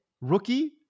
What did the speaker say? rookie